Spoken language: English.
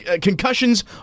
concussions